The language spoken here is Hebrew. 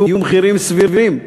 יהיו מחירים סבירים,